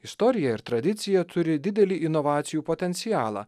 istorija ir tradicija turi didelį inovacijų potencialą